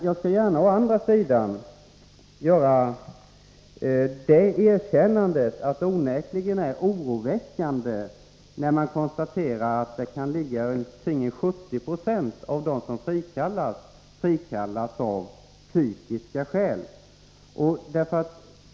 Jag skall å andra sidan gärna göra det erkännandet, att det onekligen är oroväckande att konstatera att av dem som frikallas är det omkring 70 76 som frikallas av psykiska skäl.